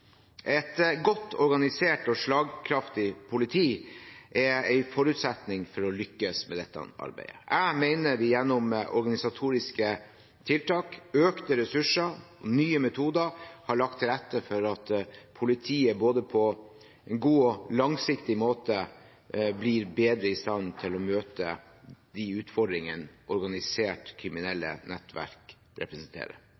Et godt organisert og slagkraftig politi er en forutsetning for å lykkes med dette arbeidet. Jeg mener vi gjennom organisatoriske tiltak, økte ressurser og nye metoder har lagt til rette for at politiet på en både god og langsiktig måte blir bedre i stand til å møte de utfordringene